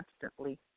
constantly